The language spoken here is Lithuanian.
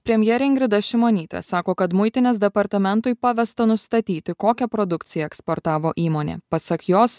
premjerė ingrida šimonytė sako kad muitinės departamentui pavesta nustatyti kokią produkciją eksportavo įmonė pasak jos